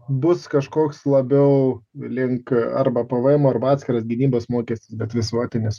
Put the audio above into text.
bus kažkoks labiau link arba pvm arba atskiras gynybos mokestis bet visuotinis